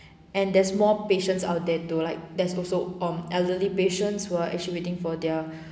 and there's more patients out there to like there's also um elderly patients who are actually waiting for their